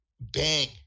bang